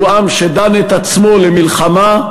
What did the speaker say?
הוא עם שדן את עצמו למלחמה,